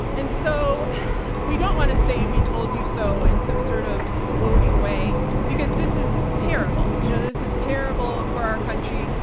and so we don't want to say we told you so in some sort of gloating way because this is terrible. you know this is terrible for our country.